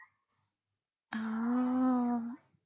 oo